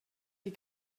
die